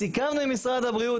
סיכמנו עם משרד הבריאות,